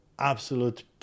absolute